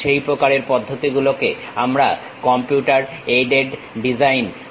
সেই প্রকারের পদ্ধতিগুলোকে আমরা কম্পিউটার এইডেড ডিজাইন বলি